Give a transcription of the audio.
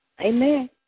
Amen